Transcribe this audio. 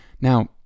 Now